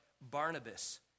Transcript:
Barnabas